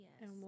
yes